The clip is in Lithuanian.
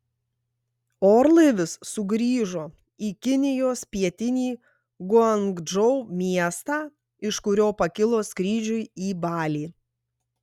orlaivis sugrįžo į kinijos pietinį guangdžou miestą iš kurio pakilo skrydžiui į balį